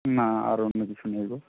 না আর অন্য কিছু নেই গো